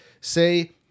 say